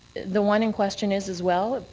the one in question is as well.